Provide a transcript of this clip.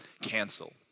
cancel